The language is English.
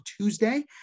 Tuesday